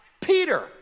Peter